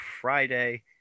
Friday